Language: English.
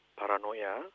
paranoia